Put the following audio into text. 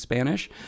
Spanish